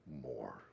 more